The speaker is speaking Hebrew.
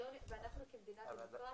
ואנחנו כמדינה דמוקרטית,